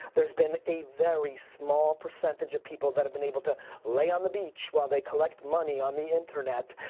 there's been a very small percentage of people that have been able to lay on the beach while they collect money on the internet.